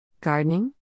Gardening